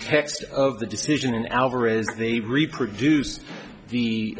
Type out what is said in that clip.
text of the decision in alvarez they reproduced the